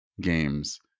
games